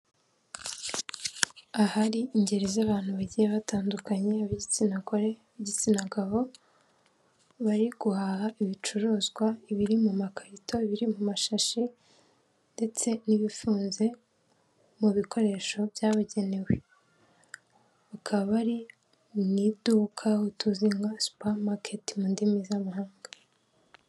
Ahari ingeri z'abantu bagiye batandukanya, abo igitsina gore, b'igitsina gabo bari guhaha ibicuruzwa biri mu makarito biri mu mashashi ndetse n'ibifunze mu bikoresho byabugenewe. Bakaba bari mu iduka tuzi nka supermarket mu ndimi z'amahanga.